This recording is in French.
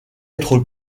être